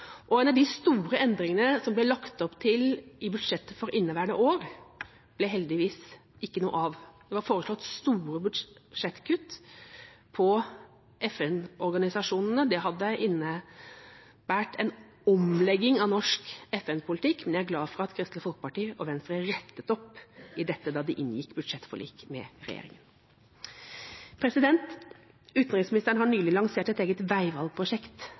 En av de store endringene som det ble lagt opp til i budsjettet for inneværende år, ble det heldigvis ikke noe av. Det var foreslått store budsjettkutt til FN-organisasjonene. Det hadde innebåret en omlegging av norsk FN-politikk, og jeg er glad for at Kristelig Folkeparti og Venstre rettet opp i dette da de inngikk budsjettforlik med regjeringa. Utenriksministeren har nylig lansert et eget veivalgprosjekt.